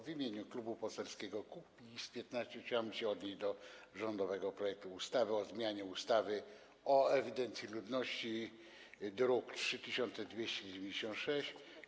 W imieniu Klubu Poselskiego Kukiz’15 chciałem się odnieść do rządowego projektu ustawy o zmianie ustawy o ewidencji ludności, druk nr 3296.